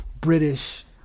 British